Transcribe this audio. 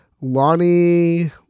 Lonnie